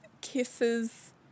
kisses